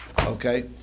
Okay